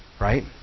Right